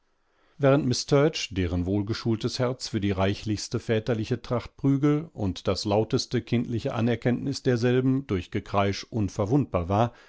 während miß sturch deren wohlgeschultes herz für die reichlichste väterliche tracht prügel und das lauteste kindliche anerkenntnis derselben durch gekreisch unverwundbar war